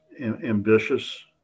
ambitious